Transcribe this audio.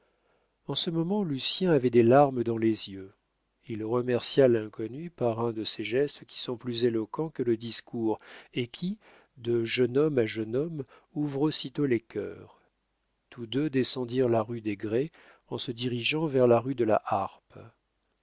en ce moment lucien avait des larmes dans les yeux il remercia l'inconnu par un de ces gestes qui sont plus éloquents que le discours et qui de jeune homme à jeune homme ouvrent aussitôt les cœurs tous deux descendirent la rue des grès en se dirigeant vers la rue de la harpe